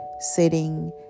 sitting